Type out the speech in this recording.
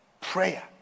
prayer